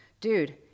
Dude